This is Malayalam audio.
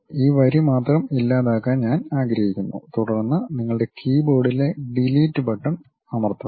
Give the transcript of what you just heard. ഈ വരി മാത്രം ഇല്ലാതാക്കാൻ ഞാൻ ആഗ്രഹിക്കുന്നു തുടർന്ന് നിങ്ങളുടെ കീബോർഡിലെ ഡിലീറ്റ് ബട്ടൺ അമർത്തുന്നു